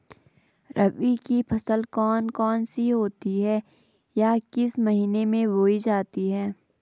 रबी की फसल कौन कौन सी होती हैं या किस महीने में बोई जाती हैं?